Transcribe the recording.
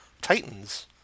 Titans